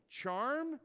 Charm